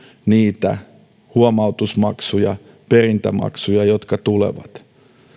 niitä huomautusmaksuja perintämaksuja jotka tulevat